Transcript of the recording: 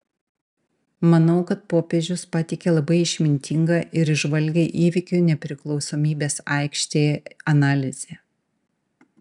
manau kad popiežius pateikė labai išmintingą ir įžvalgią įvykių nepriklausomybės aikštėje analizę